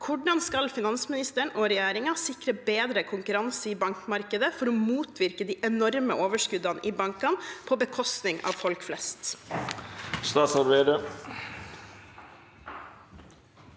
Hvordan skal finansministeren og regjeringen sikre bedre kon kurranse i bankmarkedet for å motvirke de enorme overskuddene i bankene på bekostning av folk flest?